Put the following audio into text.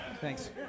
thanks